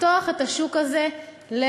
לפתוח את השוק הזה לתחרות.